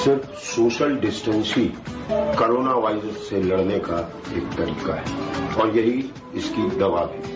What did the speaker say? सिर्फ social distance ही corona virus से लड़ने का एक तरीका है और यही इसकी दवा भी है